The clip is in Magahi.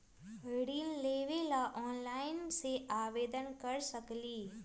ऋण लेवे ला ऑनलाइन से आवेदन कर सकली?